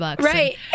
Right